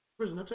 prison